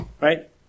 right